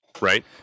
Right